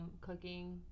cooking